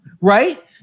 right